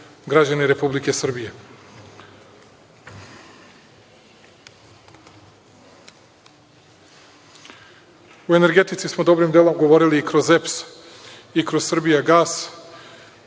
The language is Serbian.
građani Republike Srbije.O energetici smo dobrim delom govorili i kroz EPS i kroz „Srbijagas“.